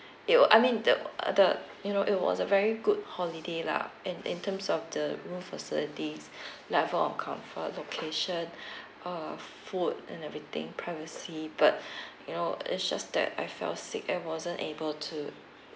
it uh I mean the uh the you know it was a very good holiday lah and in terms of the room facilities level of comfort location err food and everything privacy but you know it's just that I fell sick and wasn't able to